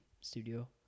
studio